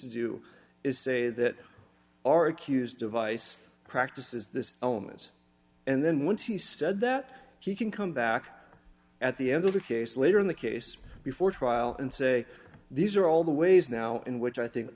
to do is say that our accused device practices this element and then once he said that he can come back at the end of a case later in the case before trial and say these are all the ways now in which i think